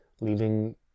leaving